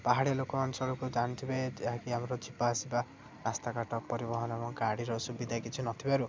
ପାହାଡ଼ିଆ ଲୋକ ଅଞ୍ଚଳକୁ ଜାଣିଥିବେ ଯାହାକି ଆମର ଯିବା ଆସିବା ରାସ୍ତାଘାଟ ପରିବହନ ଏବଂ ଗାଡ଼ିର ସୁବିଧା କିଛି ନଥିବାରୁ